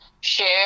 share